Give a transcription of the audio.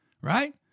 right